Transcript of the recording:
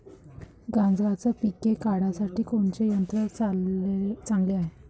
गांजराचं पिके काढासाठी कोनचे यंत्र चांगले हाय?